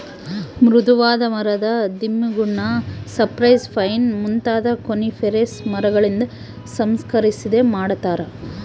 ಮೃದುವಾದ ಮರದ ದಿಮ್ಮಿಗುಳ್ನ ಸೈಪ್ರೆಸ್, ಪೈನ್ ಮುಂತಾದ ಕೋನಿಫೆರಸ್ ಮರಗಳಿಂದ ಸಂಸ್ಕರಿಸನೆ ಮಾಡತಾರ